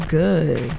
good